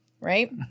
right